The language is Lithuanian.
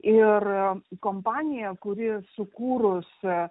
ir kompanija kuri sukūrus